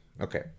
Okay